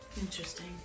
Interesting